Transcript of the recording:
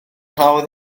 hawdd